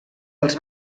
els